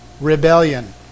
rebellion